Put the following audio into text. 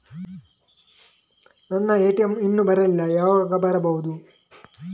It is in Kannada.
ನನ್ನ ಎ.ಟಿ.ಎಂ ಇನ್ನು ಬರಲಿಲ್ಲ, ಯಾವಾಗ ಬರಬಹುದು?